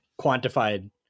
quantified